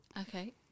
Okay